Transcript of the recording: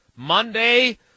Monday